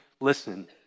Listen